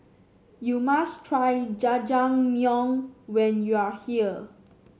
you must try Jajangmyeon when you are here